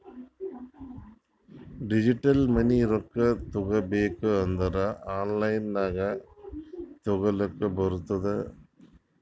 digital money ರೊಕ್ಕಾ ತಗೋಬೇಕ್ ಅಂದುರ್ ಆನ್ಲೈನ್ ನಾಗೆ ತಗೋಲಕ್ ಬರ್ತುದ್